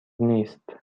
نیست